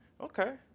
Okay